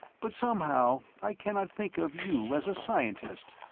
but somehow, i cannot think of you as a scientist.